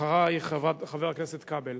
אחרייך, חבר הכנסת כבל.